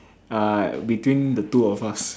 uh between the two of us